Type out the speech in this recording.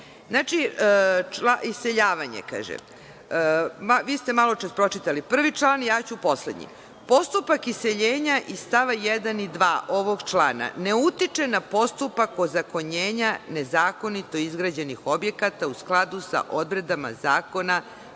Znači, iseljavanje. Vi ste maločas pročitali prvi član, a ja ću poslednji. Postupak iseljenja iz st. 1. i 2. ovog člana ne utiče na postupak ozakonjenja nezakonito izgrađenih objekata, u skladu sa odredbama zakona